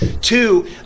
Two